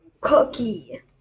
Cookie